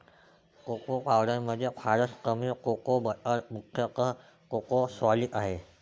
cocoa पावडरमध्ये फारच कमी कोको बटर मुख्यतः कोको सॉलिड आहे